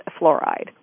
fluoride